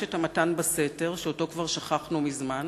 מתן בסתר, שאותו כבר שכחנו מזמן,